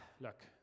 look